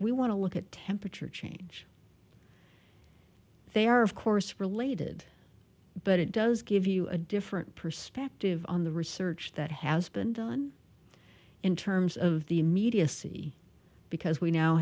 we want to look at temperature change they are of course related but it does give you a different perspective on the research that has been done in terms of the immediacy because we now